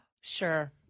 Sure